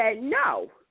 no